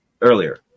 earlier